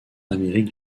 amérique